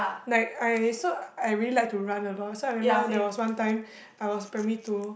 like I sort I really like to run a lot so I remember there was one time I was primary two